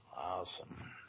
Awesome